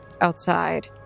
outside